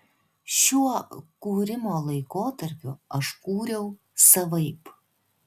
šiuo kūrimo laikotarpiu aš kūriau savaip